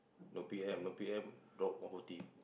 no P_M no P_M drop one forty